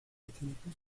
yetenekli